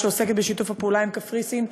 שעוסקת בשיתוף הפעולה עם קפריסין,